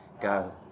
go